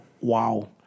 Wow